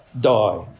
die